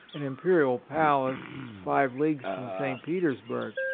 an imperial palace five leagues from st. petersburgh,